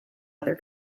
other